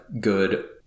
good